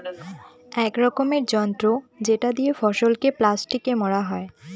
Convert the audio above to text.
এক রকমের যন্ত্র যেটা দিয়ে ফসলকে প্লাস্টিকে মোড়া হয়